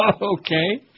okay